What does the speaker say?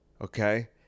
Okay